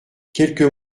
quelques